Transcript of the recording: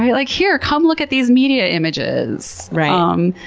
like, here, come look at these media images. right. um